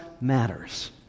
matters